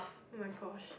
oh-my-gosh